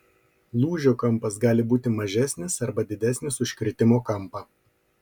lūžio kampas gali būti mažesnis arba didesnis už kritimo kampą